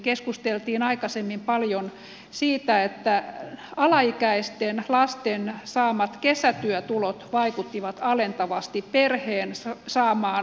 keskusteltiin aikaisemmin paljon siitä että alaikäisten lasten saamat kesätyötulot vaikuttivat alentavasti perheen saamaan toimeentulotukeen